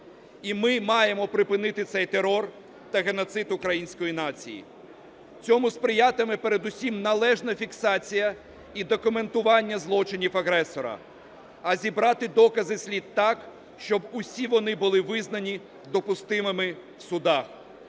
І ми маємо припинити цей терор та геноцид української нації. Цьому сприятиме передусім належна фіксація і документування злочинів агресора. А зібрати докази слід так, щоб усі вони були визнані допустимими в судах.